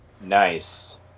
Nice